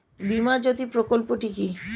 বীমা জ্যোতি প্রকল্পটি কি?